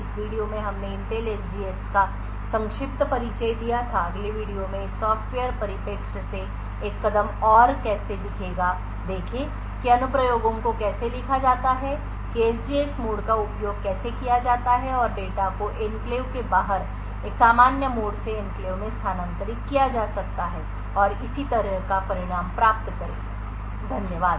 इस वीडियो में हमने इंटेल SGX का संक्षिप्त परिचय दिया था अगले वीडियो में एक सॉफ्टवेयर परिप्रेक्ष्य से एक कदम और कैसे दिखेगा देखें कि अनुप्रयोगों को कैसे लिखा जाता है कि एसजीएक्स मोड का उपयोग कैसे किया जाता है और डेटा को एन्क्लेव के बाहर एक सामान्य मोड से एन्क्लेव में स्थानांतरित किया जा सकता है और इसी तरह का परिणाम प्राप्त करें धन्यवाद